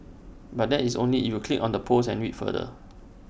but that is only if you click on the post and read further